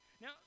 Now